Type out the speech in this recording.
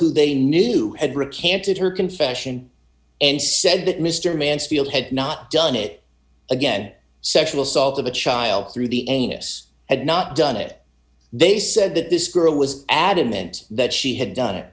who they knew had recanted her confession and said that mr mansfield had not done it again sexual assault of a child through the anus had not done it they said that this girl was adamant that she had done it